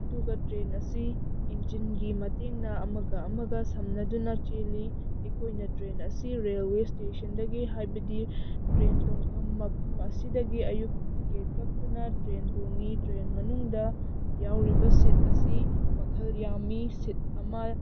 ꯑꯗꯨꯒ ꯇ꯭ꯔꯦꯟ ꯑꯁꯤ ꯏꯟꯖꯤꯟꯒꯤ ꯃꯇꯦꯡꯅ ꯑꯃꯒ ꯑꯃꯒ ꯁꯝꯅꯗꯨꯅ ꯆꯦꯜꯂꯤ ꯑꯩꯈꯣꯏꯅ ꯇ꯭ꯔꯦꯟ ꯑꯁꯤ ꯔꯦꯜꯋꯦ ꯏꯁꯇꯦꯁꯟꯗꯒꯤ ꯍꯥꯏꯕꯗꯤ ꯇ꯭ꯔꯦꯟ ꯇꯣꯡꯐꯝ ꯃꯐꯝ ꯑꯁꯤꯗꯒꯤ ꯑꯌꯨꯛ ꯇꯤꯛꯀꯦꯠ ꯀꯛꯇꯨꯅ ꯇ꯭ꯔꯦꯟ ꯇꯣꯡꯉꯤ ꯇ꯭ꯔꯦꯟ ꯃꯅꯨꯡꯗ ꯌꯥꯎꯔꯤꯕ ꯁꯤꯠ ꯑꯁꯤ ꯃꯈꯜ ꯌꯥꯝꯃꯤ ꯁꯤꯠ ꯑꯃ